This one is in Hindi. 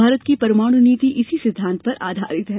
भारत की परमाणु नीति इसी सिद्धांत पर आधारित है